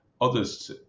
others